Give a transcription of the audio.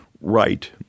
Right